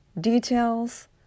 Details